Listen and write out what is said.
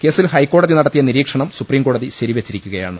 കേസിൽ ഹൈക്കോടതി നടത്തിയ നിരീക്ഷണം സുപ്രീംകോടതി ശരിവെച്ചിരിക്കുകയാണ്